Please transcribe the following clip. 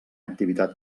activitat